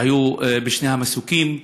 שהיו בשני המסוקים.